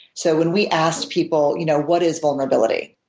so when we ask people, you know what is vulnerability?